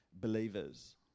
Believers